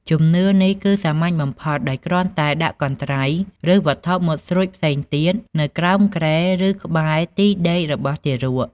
ជំនឿនេះគឺសាមញ្ញបំផុត ដោយគ្រាន់តែដាក់កន្ត្រៃ ឬវត្ថុមុតស្រួចផ្សេងទៀតនៅក្រោមគ្រែ ឬក្បែរទីដេករបស់ទារក